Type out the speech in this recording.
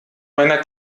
meiner